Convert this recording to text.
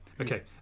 Okay